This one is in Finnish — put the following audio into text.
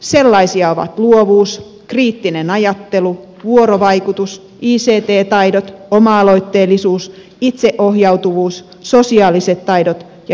sellaisia ovat luovuus kriittinen ajattelu vuorovaikutus ict taidot oma aloitteellisuus itseohjautuvuus sosiaaliset taidot ja johtaminen